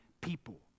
people